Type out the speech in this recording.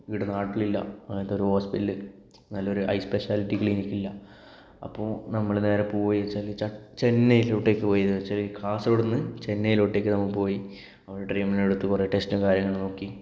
ഈ ഇവിടെ നാട്ടിലില്ല അങ്ങനത്തെ ഒരു ഹോസ്പിറ്റല് നല്ലൊരു ഐ സ്പെഷ്യാലിറ്റി ക്ലിനിക് ഇല്ല അപ്പോൾ നമ്മള് നേരെ പോകുവാന്ന് വെച്ചാൽ ച ചെന്നൈയിലോട്ടേക്ക് പോയി എന്ന് വെച്ചാല് കാസർഗോഡ് നിന്ന് ചെന്നൈയിലോട്ടേക്ക് നമ്മൾ പോയി അവിടെ ട്രീറ്റ്മെൻറ് എടുത്തു കുറെ ടെസ്റ്റും കാര്യങ്ങളുമൊക്കെ നോക്കി